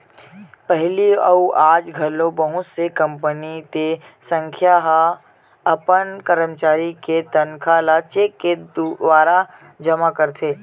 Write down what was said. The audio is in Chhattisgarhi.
पहिली अउ आज घलो बहुत से कंपनी ते संस्था ह अपन करमचारी के तनखा ल चेक के दुवारा जमा करथे